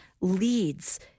leads